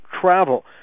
travel